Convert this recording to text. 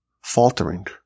faltering